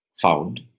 found